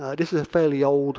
this is a fairly old